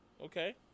okay